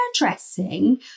hairdressing